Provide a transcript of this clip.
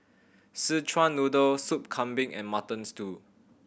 Szechuan Noodle Soup Kambing and Mutton Stew